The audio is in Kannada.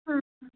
ಹಾಂ ಹಾಂ